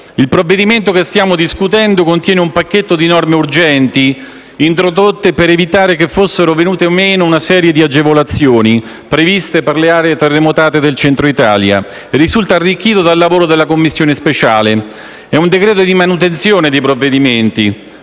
Il provvedimento che stiamo discutendo contiene un pacchetto di norme urgenti introdotte per evitare che venissero meno una serie di agevolazioni previste per le aree terremotate del Centro-Italia, e risulta arricchito dal lavoro della Commissione speciale. È un decreto-legge di manutenzione dei provvedimenti